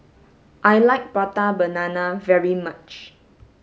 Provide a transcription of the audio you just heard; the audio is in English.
I like prata banana very much